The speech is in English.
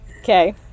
Okay